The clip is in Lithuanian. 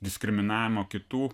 diskriminavimo kitų